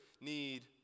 need